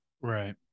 Right